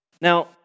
Now